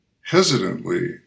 hesitantly